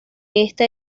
esta